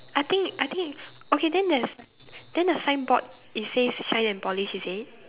I think I think okay then there's then the signboard it says shine and polish is it